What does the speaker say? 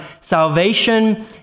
salvation